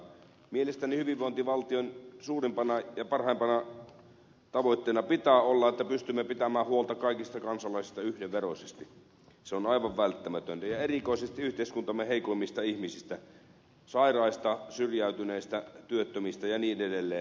mielestäni hyvinvointivaltion suurimpana ja parhaimpana tavoitteena pitää olla että pystymme pitämään huolta kaikista kansalaisista yhdenveroisesti se on aivan välttämätöntä ja erikoisesti yhteiskuntamme heikoimmista ihmisistä sairaista syrjäytyneistä työttömistä ja niin edelleen